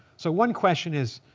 so one question is,